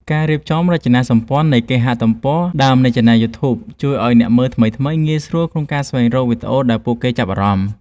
ការរៀបចំរចនាសម្ព័ន្ធនៃគេហទំព័រដើមនៃឆានែលយូធូប ជួយឱ្យអ្នកមើលថ្មីៗងាយស្រួលក្នុងការស្វែងរកវីដេអូដែលពួកគេចាប់អារម្មណ៍។